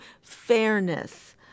fairness